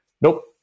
nope